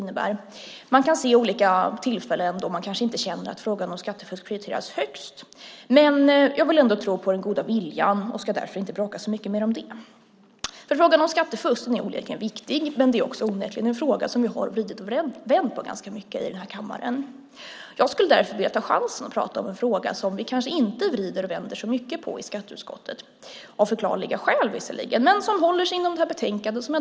Det kan finnas olika tillfällen när man känner att frågan om skattefusk inte prioriteras högst. Men jag vill ändå tro på den goda viljan, och jag ska därför inte bråka så mycket mer om det. Frågan om skattefusk är onekligen viktig, men det är onekligen också en fråga som vi har vridit och vänt på ganska mycket i den här kammaren. Jag skulle därför vilja ta chansen att prata om en fråga som vi kanske inte vrider och vänder så mycket på i skatteutskottet, av förklarliga skäl visserligen, men som håller sig inom det här betänkandet.